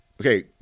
okay